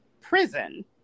prison